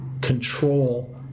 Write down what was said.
control